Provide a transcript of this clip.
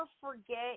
forget